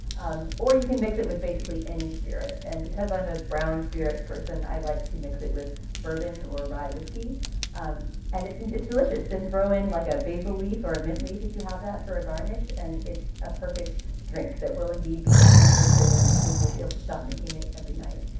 um or you can mix it with basically any spirit. and because i'm a brown spirits person, i like to mix it with bourbon or rye whiskey um and it's it's delicious. then throw in like a basil leaf or a mint leaf if you have that for a garnish and it's a perfect drink that will indeed become your prison because you will be able to stop making it every night.